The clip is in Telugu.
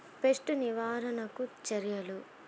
పెస్ట్ నివారణకు చర్యలు?